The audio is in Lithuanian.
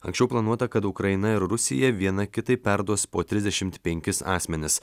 anksčiau planuota kad ukraina ir rusija viena kitai perduos po trisdešimt penkis asmenis